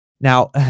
now